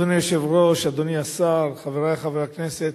אדוני היושב-ראש, אדוני השר, חברי חברי הכנסת,